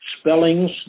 spellings